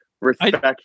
respect